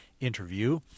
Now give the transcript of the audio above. interview